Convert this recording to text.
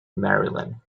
maryland